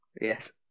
Yes